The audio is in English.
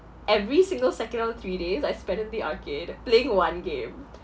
every single second all three days I spent in the arcade playing one game